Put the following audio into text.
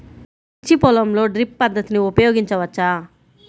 మిర్చి పొలంలో డ్రిప్ పద్ధతిని ఉపయోగించవచ్చా?